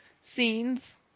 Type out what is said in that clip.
scenes